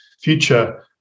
future